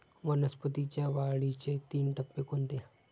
वनस्पतींच्या वाढीचे तीन टप्पे कोणते?